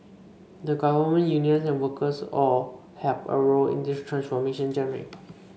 the Government unions and workers all have a role in this transformation journey